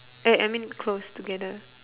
eh I mean close together